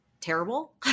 terrible